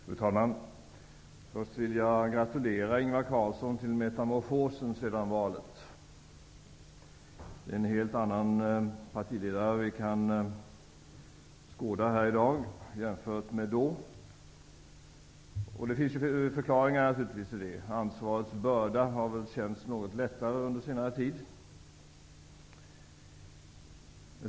Fru talman! Först vill jag gratulera Ingvar Carlsson till metamorfosen efter valet. Det är en helt annan partiledare som vi kan skåda här i dag jämfört med då. Det finns naturligtvis förklaringar. Ansvarsbördan har väl känts något lättare under senare tid.